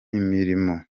imirimo